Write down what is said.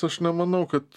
aš nemanau kad